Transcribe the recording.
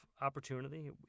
opportunity